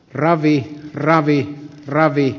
ravi ravit ravi